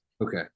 Okay